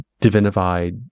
divinified